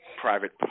private